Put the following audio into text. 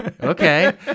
Okay